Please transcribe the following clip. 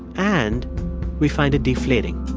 and we find it deflating